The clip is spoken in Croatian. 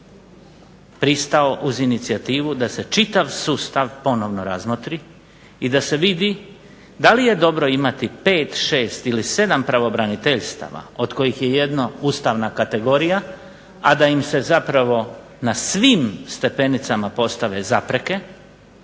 snažno pristao uz inicijativu da se čitav sustav ponovno razmotri i da se vidi da li je dobro imati 5, 6 ili 7 pravobraniteljstava od kojih je jedno ustavna kategorija, a da im se zapravo na svim stepenicama postave zapreke